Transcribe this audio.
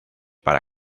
para